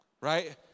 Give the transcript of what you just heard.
Right